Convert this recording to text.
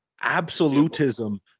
absolutism